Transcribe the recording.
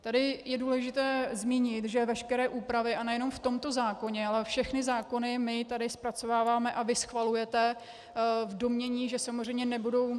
Tady je důležité zmínit, že veškeré úpravy a nejen v tomto zákoně, ale všechny zákony my tady zpracováváme a vy schvalujete v domnění, že samozřejmě nebudou...